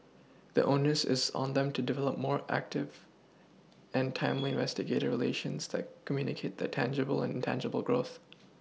the onus is on them to develop more active and timely investor relations that communicate their tangible and intangible growth